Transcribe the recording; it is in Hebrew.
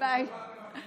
את זה.